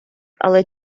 але